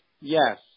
Yes